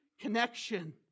connection